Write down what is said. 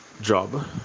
job